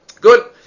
Good